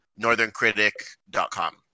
northerncritic.com